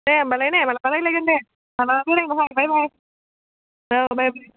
दे होमब्लालाय नै माब्लाबा रायज्लायगोन माब्लाबा बेरायनोबो हर बाय बाय औ बाय बाय